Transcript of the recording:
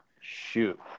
Shoot